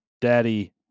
daddy